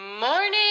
morning